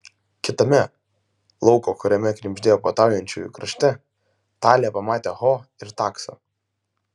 kitame lauko kuriame knibždėjo puotaujančiųjų krašte talė pamatė ho ir taksą